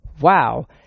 Wow